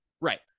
Right